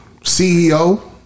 CEO